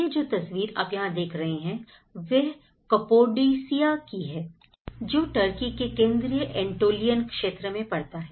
यह जो तस्वीर आप यहां देख रहे हैं वह कपाडोसिया की है जो टर्की के केंद्रीय एंटोलियन क्षेत्र में पड़ता है